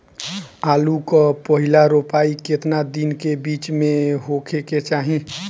आलू क पहिला रोपाई केतना दिन के बिच में होखे के चाही?